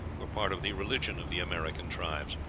were part of the religion of the american tribes.